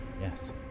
Yes